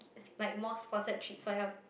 it's like more sponsored treats for them